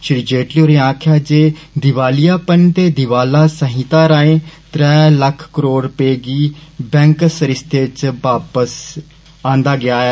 श्री जेटली होरें आक्खेआ जे दिवालियापन ते दिवाला संहिता राएं त्रै लक्ख करोड़ रपे गी बैंक सरिस्ते च वापस आंदा गेआ ऐ